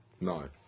No